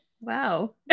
Wow